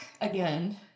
again